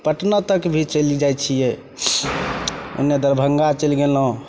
पटना तक भी चलि जाइ छिए ओन्ने दरभङ्गा चलि गेलहुँ